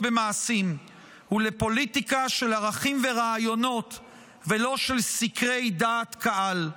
במעשים ולפוליטיקה של ערכים ורעיונות ולא של סקרי דעת קהל.